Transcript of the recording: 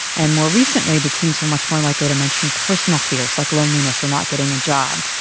and more recently the teens were much more likely to mention personal fears, like loneliness or not getting a job.